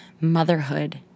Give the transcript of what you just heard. motherhood